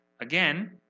Again